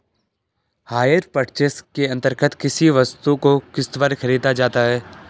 higher purchase के अंतर्गत किसी वस्तु को किस्त पर खरीदा जाता है